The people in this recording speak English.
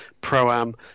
Pro-Am